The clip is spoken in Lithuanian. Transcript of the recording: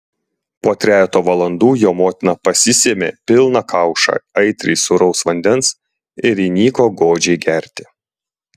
po trejeto valandų jo motina pasisėmė pilną kaušą aitriai sūraus vandens ir įniko godžiai gerti